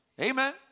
Amen